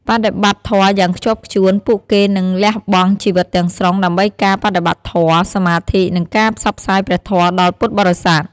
បដិបត្តិធម៌យ៉ាងខ្ជាប់ខ្ជួន ពួកគេនឹងលះបង់ជីវិតទាំងស្រុងដើម្បីការបដិបត្តិធម៌ សមាធិ និងការផ្សព្វផ្សាយព្រះធម៌ដល់ពុទ្ធបរិស័ទ។